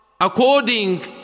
according